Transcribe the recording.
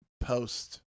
post